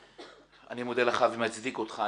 אני מודה לך ומצדיק אותך.